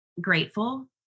grateful